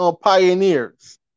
pioneers